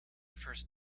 first